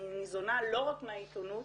אני ניזונה לא רק מהעיתונות,